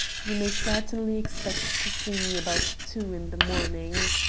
you may certainly expect to see me about two in the morning.